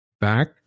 back